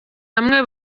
hamwe